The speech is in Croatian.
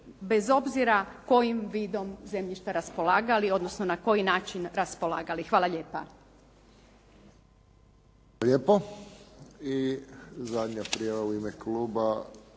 bez obzira kojim vidom zemljišta raspolagali, odnosno na koji način raspolagali. Hvala lijepa.